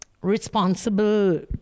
responsible